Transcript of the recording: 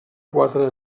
quatre